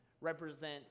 represent